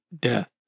death